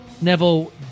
Neville